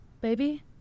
Baby